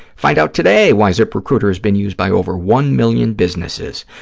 find out today why ziprecruiter has been used by over one million businesses.